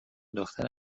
دختر